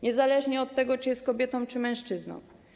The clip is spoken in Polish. Niezależnie od tego, czy jest kobietą, czy mężczyzną.